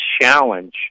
challenge